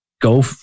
go